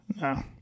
No